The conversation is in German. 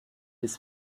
des